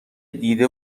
دیده